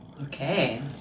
Okay